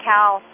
Cal